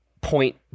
point